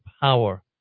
power